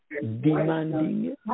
demanding